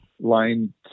line